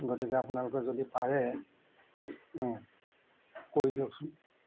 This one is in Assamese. গতিকে আপোনালোকে যদি পাৰে কৰি দিয়কচোন